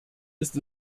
ist